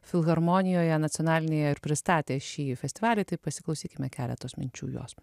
filharmonijoje nacionalinėje ir pristatė šį festivalį tai pasiklausykim keletos minčių jos